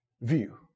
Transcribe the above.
view